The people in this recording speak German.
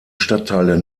stadtteile